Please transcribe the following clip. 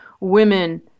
women